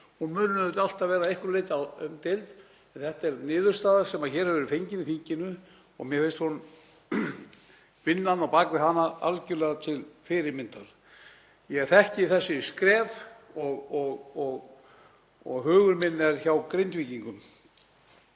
Hún mun auðvitað alltaf vera að einhverju leyti umdeild en þetta er niðurstaða sem hér hefur verið fengin í þinginu og mér finnst vinnan á bak við hana algerlega til fyrirmyndar. Ég þekki þessi skref og hugur minn er hjá Grindvíkingum.